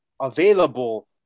available